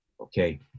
okay